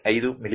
5 ಮಿ